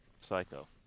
Psycho